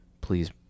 Please